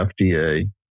FDA